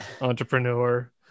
entrepreneur